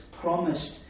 promised